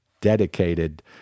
dedicated